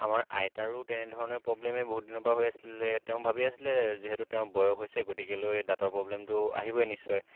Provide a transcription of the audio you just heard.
আমাৰ আইতাৰো তেনেধৰণেই প্ৰব্লেমেই বহু দিনৰ পৰা হৈ আছিলে তেওঁ ভাবি আছিলে যিহেতু তেওঁৰ বয়স হৈছে গতিকেলৈ দাঁতৰ প্ৰব্লেমটো আহিবই নিশ্চয়